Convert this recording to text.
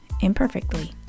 imperfectly